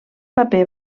paper